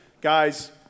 guys